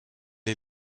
est